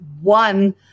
one